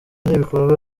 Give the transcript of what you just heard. n’ibikorwa